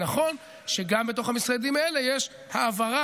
זה נכון שגם בתוך המשרדים האלה יש העברה,